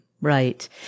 right